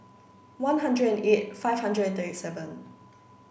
one hundred and eight five hundred thirty seven